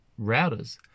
routers